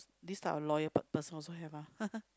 this type of loyal per~ person also have ah